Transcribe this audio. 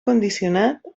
condicionat